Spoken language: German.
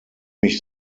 mich